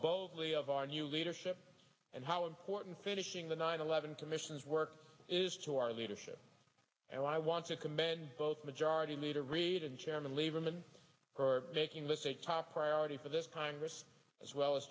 vocally of our new leadership and how important finishing the nine eleven commission's work is to our leadership and i want to commend both majority leader reid and chairman lieberman for making this a top priority for this congress as well as